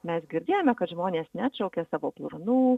mes girdėjome kad žmonės neatšaukė savo planų